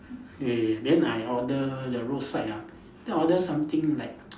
eh then I order the road side ah then I order something like